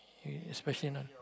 e~ especially non